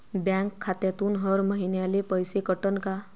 Bank खात्यातून हर महिन्याले पैसे कटन का?